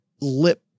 lip